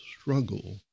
struggle